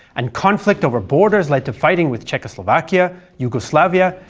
and conflict over borders led to fighting with czechoslovakia, yugoslavia,